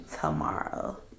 tomorrow